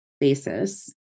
basis